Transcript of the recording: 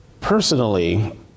Personally